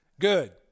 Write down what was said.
Good